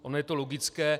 Ono je to logické.